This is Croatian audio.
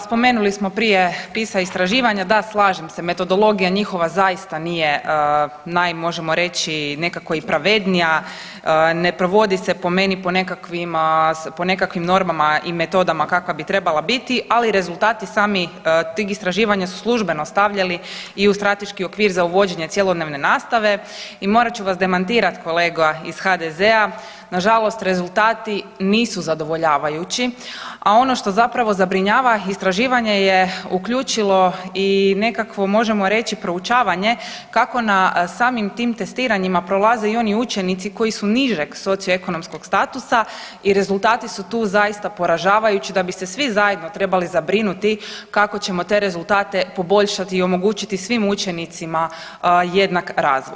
Spomenuli smo prije PISA istraživanja, da slažem se metodologija njihova zaista nije naj možemo reći nekako i pravednija, ne provodi se po meni po nekakvim, po nekakvim normama i metodama kakva bi trebala biti, ali rezultati sami tih istraživanja su služeno stavljali i u strateški okvir za uvođenje cjelodnevne nastave i morat ću vas demantirat kolega iz HDZ-a, nažalost rezultati nisu zadovoljavajući, a ono što zapravo zabrinjava istraživanje je uključilo i nekakvu možemo reći proučavanje kako na samim tim testiranjima prolaze i oni učenici koji su nižeg socioekonomskog statusa i rezultati su tu zaista poražavajući da bi se svi zajedno trebali zabrinuti kako ćemo te rezultate poboljšati i omogućiti svim učenicima jednak razvoj.